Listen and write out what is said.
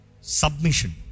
Submission